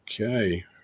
Okay